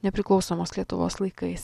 nepriklausomos lietuvos laikais